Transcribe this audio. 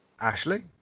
Ashley